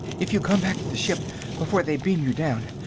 if you'll come back to the ship before they beam you down,